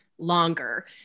longer